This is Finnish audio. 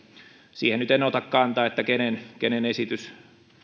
siihen nyt en ota kantaa kenen kenen esitys